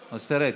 נגד,